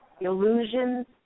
illusions